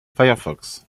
firefox